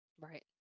Right